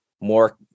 more